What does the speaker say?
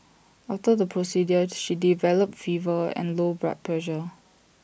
after the procedure she developed fever and low blood pressure